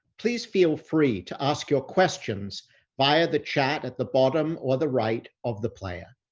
please feel free to ask your questions via the chat at the bottom or the right of the player.